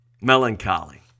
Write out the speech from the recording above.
Melancholy